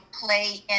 play